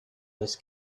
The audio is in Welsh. does